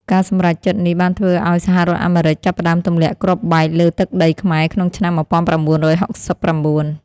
ការសម្រេចចិត្តនេះបានធ្វើឱ្យសហរដ្ឋអាមេរិកចាប់ផ្តើមទម្លាក់គ្រាប់បែកលើទឹកដីខ្មែរក្នុងឆ្នាំ ១៩៦៩។